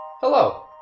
Hello